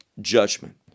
judgment